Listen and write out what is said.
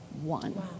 one